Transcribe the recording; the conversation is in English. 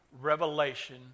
revelation